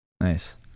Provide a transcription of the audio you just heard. Nice